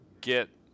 get